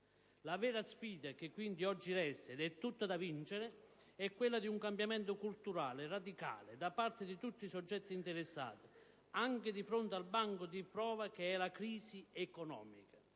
La vera sfida che quindi oggi resta, ed è tutta da vincere, è quella di un cambiamento culturale radicale da parte di tutti i soggetti interessati, anche di fronte al banco di prova che è la crisi economica